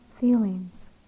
feelings